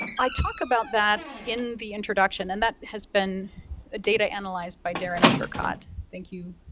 i talk about that in the introduction, and that has been ah data analyzed by darren schurgott, thank you,